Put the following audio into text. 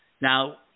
Now